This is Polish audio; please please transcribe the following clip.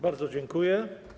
Bardzo dziękuję.